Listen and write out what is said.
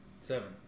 Seven